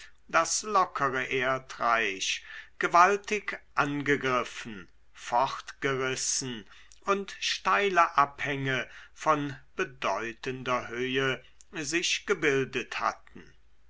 das lockere erdreich gewaltig angegriffen fortgerissen und steile abhänge von bedeutender höhe sich gebildet hatten